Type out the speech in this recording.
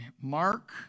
Mark